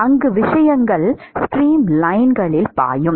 அங்கு விஷயங்கள் ஸ்ட்ரீம்லைன்களில் பாயும்